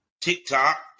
TikTok